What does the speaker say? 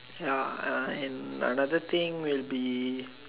ya uh and another thing will be